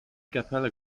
capella